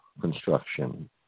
construction